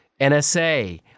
NSA